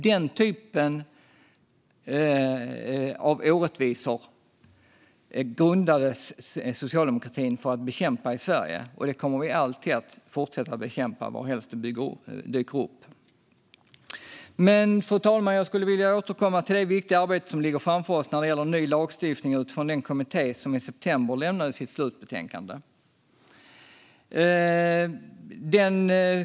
Det var den typen av orättvisor i Sverige som socialdemokratin grundades för att bekämpa, och dem kommer vi alltid att fortsätta bekämpa varhelst de dyker upp. Fru talman! Jag skulle vilja återkomma till det viktiga arbete som ligger framför oss när det gäller ny lagstiftning utifrån den kommitté som i september lämnade sitt slutbetänkande.